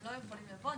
הם לא יכולים לבוא,